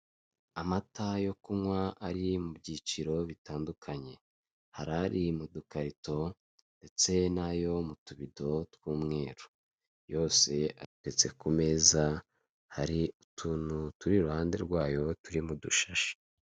Amata yo kunywa ari mu byiciro bitandukanye, hari ari mu dukarito ndetse n'ayo mu tubido tw'umweru. Yose ateretse ku meza, hari utuntu turi iruhande rwayo turi mu dushashi.